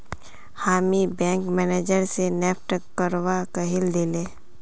हामी bank manager स NEFT करवा कहइ दिले